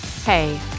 hey